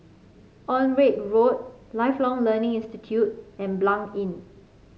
Onraet Road Lifelong Learning Institute and Blanc Inn